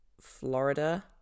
Florida